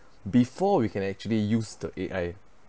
before we can actually use the A_I